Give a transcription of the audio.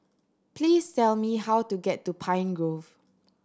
please tell me how to get to Pine Grove